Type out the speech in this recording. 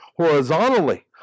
horizontally